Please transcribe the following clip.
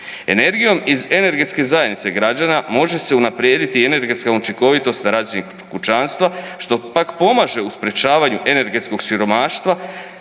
Energijom iz energetske zajednice građana može se unaprijediti i energetska učinkovitost na razini kućanstva što pak pomaže u sprječavanju energetskog siromaštva